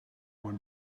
one